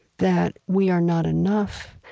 that we are not enough,